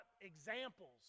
examples